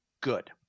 good